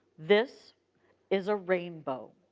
this is a rainbow.